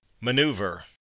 Maneuver